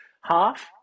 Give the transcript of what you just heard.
half